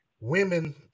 Women